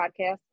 podcast